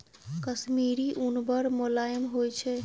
कश्मीरी उन बड़ मोलायम होइ छै